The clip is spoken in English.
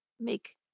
make